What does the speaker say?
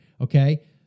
okay